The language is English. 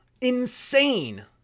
insane